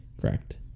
Correct